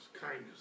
kindness